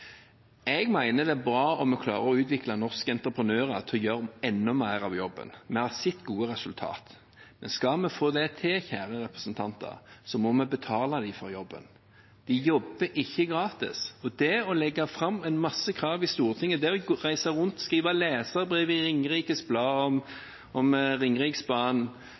Jeg mener det er bra om vi klarer å utvikle norske entreprenører til å gjøre enda mer av jobben. Vi har sett gode resultater. Men skal vi få det til, kjære representanter, så må vi betale dem for jobben. De jobber ikke gratis. Det å legge fram en masse krav i Stortinget, det å reise rundt, skrive leserbrev i Ringerikes Blad om Ringeriksbanen,